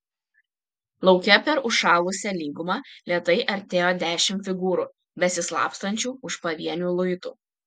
lauke per užšalusią lygumą lėtai artėjo dešimt figūrų besislapstančių už pavienių luitų